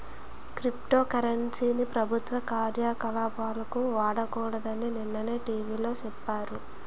crypto currency ని ప్రభుత్వ కార్యకలాపాలకు వాడకూడదని నిన్ననే టీ.వి లో సెప్పారు